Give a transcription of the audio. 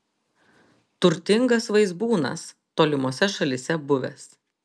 turtingas vaizbūnas tolimose šalyse buvęs